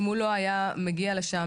אם הוא לא היה מגיע לשם,